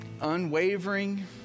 unwavering